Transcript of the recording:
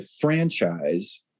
franchise